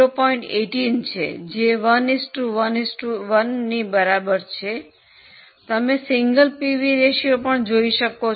18 છે જે 1 1 1 ની બરાબર છે તમે સિંગલ પીવી રેશિયો પણ જોઈ શકો છો